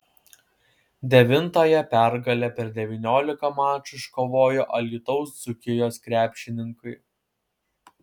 devintąją pergalę per devyniolika mačų iškovojo alytaus dzūkijos krepšininkai